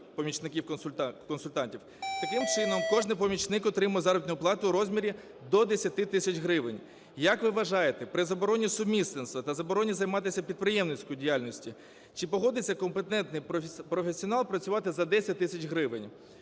Таким чином, кожен помічник отримує заробітну плату в розмірі до 10 тисяч гривень. Як ви вважаєте, при забороні сумісництва та забороні займатися підприємницькою діяльністю, чи погодиться компетентний професіонал працювати за 10 тисяч гривень?